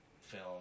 film